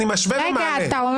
בית המשפט לא התערב.